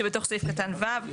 שבתוך סעיף קטן (ו).